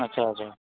अच्छा अच्छा